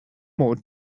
more